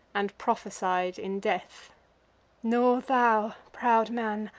and prophesied in death nor thou, proud man,